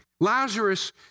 Lazarus